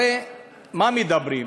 הרי על מה מדברים,